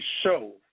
show